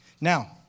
Now